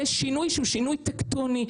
זה שינוי שהוא שינוי טקטוני.